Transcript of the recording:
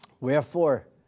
Wherefore